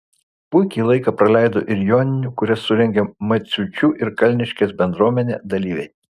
puikiai laiką praleido ir joninių kurias surengė maciuičių ir kalniškės bendruomenė dalyviai